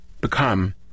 become